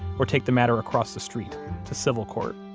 or take the matter across the street to civil court